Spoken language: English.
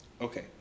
Okay